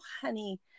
honey